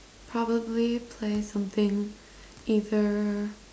probably play something either